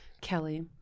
kelly